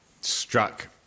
struck